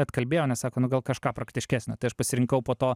atkalbėjo nes sako nu gal kažką praktiškesnio tai aš pasirinkau po to